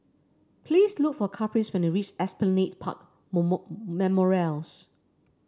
please look for Caprice when you reach Esplanade Park Memorials